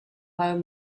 home